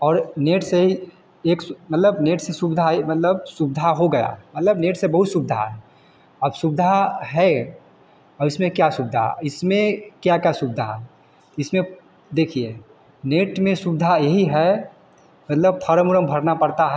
और नेट से ही एक मतलब नेट से सुविधा है मतलब सुविधा हो गया मतलब नेट से बहुत सुविधा है अब सुविधा है और इसमें क्या सुविधा इसमें क्या क्या सुविधा इसमें देखिए नेट में सुविधा यही है मतलब फारम ओरम भरना पड़ता है